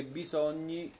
bisogni